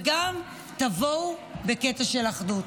וגם תבואו בקטע של אחדות.